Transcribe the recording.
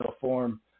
form